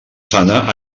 sana